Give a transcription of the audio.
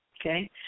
okay